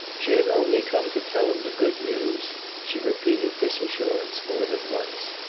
she had only come to tell him the good news she repeated this assurance more than once.